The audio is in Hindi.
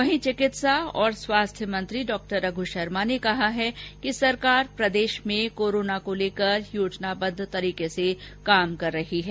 वहीं चिकित्सा और स्वास्थ्य मंत्री डॉ रघ् शर्मा ने कहा है कि सरकार प्रदेश में कोरोना को लेकर योजनाबद्व तरीके से काम कर रही है